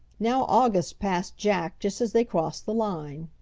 now august passed jack just as they crossed the line.